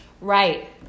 Right